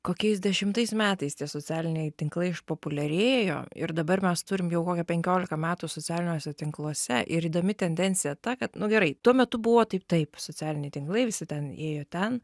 kokiais dešimtais metais tie socialiniai tinklai išpopuliarėjo ir dabar mes turim jau kokia penkiolika metų socialiniuose tinkluose ir įdomi tendencija ta kad nu gerai tuo metu buvo taip taip socialiniai tinklai visi ten ėjo ten